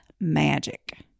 magic